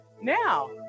now